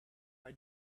why